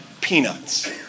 peanuts